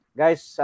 guys